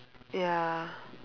ya